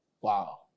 wow